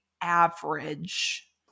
average